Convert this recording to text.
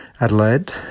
Adelaide